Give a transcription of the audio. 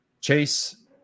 Chase